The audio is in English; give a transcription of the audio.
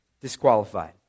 disqualified